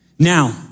Now